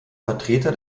vertreter